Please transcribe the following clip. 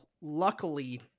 luckily